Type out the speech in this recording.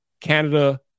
Canada